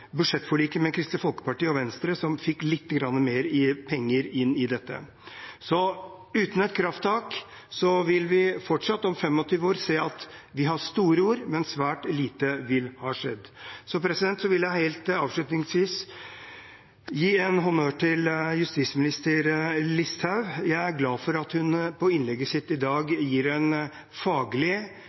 budsjettforliket med Kristelig Folkeparti og Venstre som sørget for lite grann mer penger inn i dette. Uten et krafttak vil vi fortsatt om 25 år se at vi har store ord, men at svært lite vil ha skjedd. Helt avslutningsvis vil jeg gi en honnør til justisminister Listhaug. Jeg er glad for at hun i innlegget sitt i dag gir en